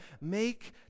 Make